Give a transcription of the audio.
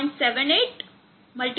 78 x 2 1 એટલેકે 0